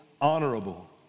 honorable